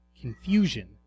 confusion